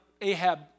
Ahab